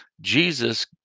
jesus